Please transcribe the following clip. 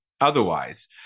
otherwise